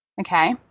okay